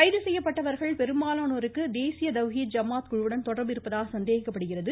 கைது செய்யப்பட்டவர்கள் பெரும்பாலோனோருக்கு தேசிய தவ்ஹீத் ஜமாத் குழுவுடன் தொடர்பு இருப்பதாக சந்தேகிக்கப்படுகிறது